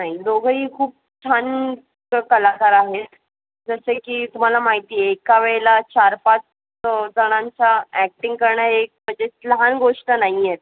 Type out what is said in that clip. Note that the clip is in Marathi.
नाही दोघंही खूप छान क् कलाकार आहेत जसे की तुम्हाला माहिती आहे एका वेळेला चार पाच जणांचा ॲक्टिंग करणं एक म्हणजे लहान गोष्ट नाही आहे